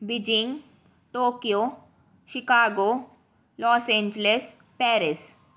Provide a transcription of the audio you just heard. Beijing Tokyo Chicago Los Angeles Paris